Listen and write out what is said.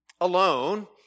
alone